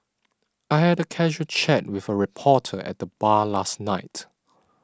I had a casual chat with a reporter at the bar last night